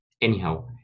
anyhow